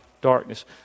darkness